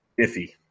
iffy